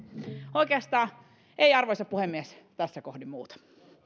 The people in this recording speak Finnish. oikeastaan ei arvoisa puhemies tässä kohdin muuta myönnän